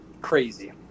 crazy